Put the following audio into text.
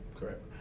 Correct